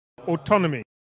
autonomy